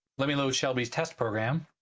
let me load shelby's test program.